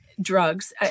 drugs